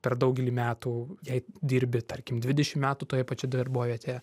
per daugelį metų jei dirbi tarkim dvidešim metų toje pačioje darbovietėje